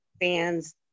fans